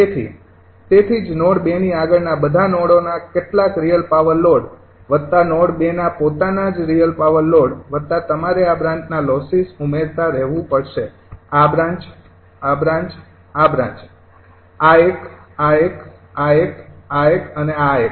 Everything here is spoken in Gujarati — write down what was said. તેથી તેથી જ નોડ ૨ ની આગળના બધા નોડોના કેટલાક રિયલ પાવર લોડ વત્તા નોડ ૨ ના પોતાના જ રિયલ પાવર લોડ વત્તા તમારે આ બ્રાન્ચ ના લોસીસ ઉમેરતા રહેવું પડશે આ બ્રાન્ચ આ બ્રાન્ચ આ બ્રાન્ચ આ એક આ એક આ એક આ એક અને આ એક